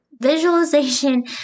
Visualization